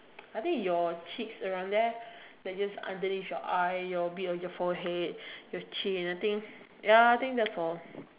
I think your cheeks around there like just underneath your eye a bit of your forehead your chin I think ya I think that's all